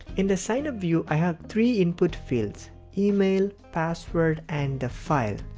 in the signup view, i have three input fields email, password and the file.